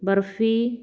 barfi